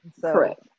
correct